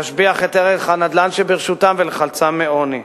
להשביח את ערך הנדל"ן שברשותם ולחלצם מעוני.